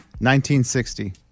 1960